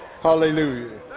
Hallelujah